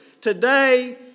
Today